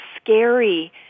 scary